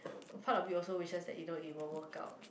a part of you also wish that you don't even woke up